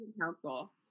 council